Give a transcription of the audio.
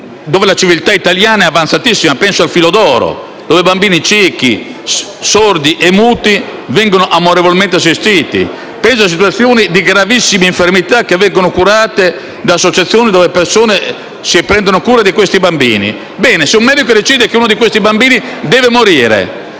cui la civiltà italiana è avanzatissima; penso alla Lega del filo d'oro, in cui bambini ciechi, sordi e muti vengono amorevolmente assistiti; penso a situazioni di gravissima infermità, che vengono curate da associazioni di persone che si prendono cura di loro. Bene, se un medico decide che uno di questi bambini deve morire